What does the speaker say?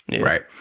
Right